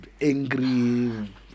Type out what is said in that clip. angry